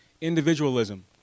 individualism